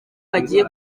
bagiye